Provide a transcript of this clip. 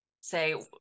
say